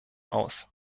aus